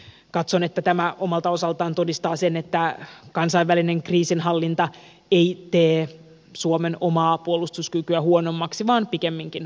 eli katson että tämä omalta osaltaan todistaa sen että kansainvälinen kriisinhallinta ei tee suomen omaa puolustuskykyä huonommaksi vaan pikemminkin parantaa sitä